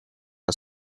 are